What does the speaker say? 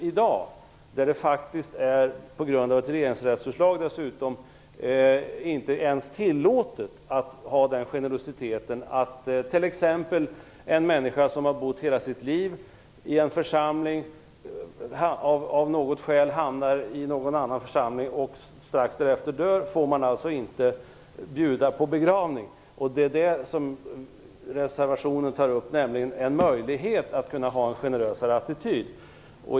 I dag är det dessutom genom ett regeringsrättsutslag inte ens tillåtet att ha en sådan generositet. Om en människa som hela sitt liv har tillhört en församling av något skäl hamnar i en annan församling och strax därefter dör, får man alltså inte bjuda på begravning. Det som tas upp i reservationen är möjligheten till en generösare attityd.